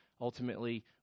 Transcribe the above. Ultimately